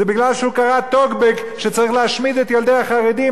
זה מפני שהוא קרא טוקבק שצריך להשמיד את ילדי החרדים,